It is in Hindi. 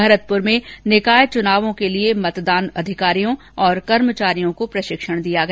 भरतपुर में निकाय चुनावों के लिए मतदान अधिकारियों और कर्मचारियों को प्रशिक्षण दिया गया